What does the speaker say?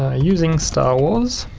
ah using starwars,